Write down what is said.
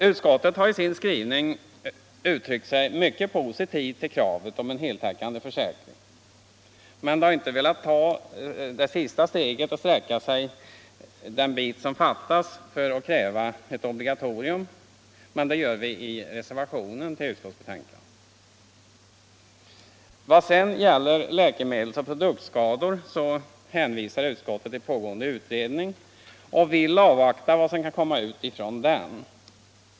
Utskottet har i sin skrivning ställt sig mycket positivt till kravet om en heltäckande försäkring, men det har inte velat sträcka sig den sista biten för att säkra kravet och tillstyrka utredning om ett obligatorium. Det gör vi emellertid i reservationen. Vad sedan gäller läkemedelsoch produktskador så hänvisar utskottet till pågående utredning och vill avvakta vad som kan komma ut därifrån.